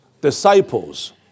disciples